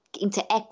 interact